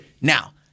Now